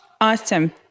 awesome